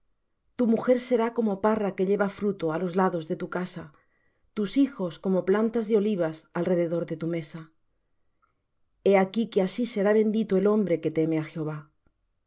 tu mujer será como parra que lleva fruto á los lados de tu casa tus hijos como plantas de olivas alrededor de tu mesa he aquí que así será bendito el hombre que teme á jehová